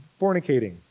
fornicating